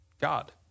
God